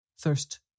Thirst